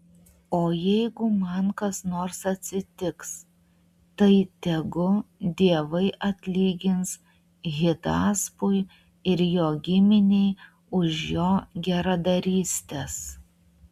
o jeigu man kas nors atsitiks tai tegu dievai atlygins hidaspui ir jo giminei už jo geradarystes